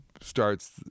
starts